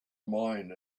mine